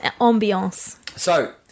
ambiance